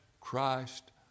Christ